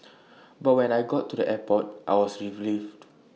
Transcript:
but when I got to the airport I was relieved